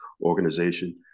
organization